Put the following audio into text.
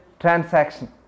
Transaction